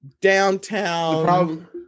downtown